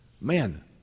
Man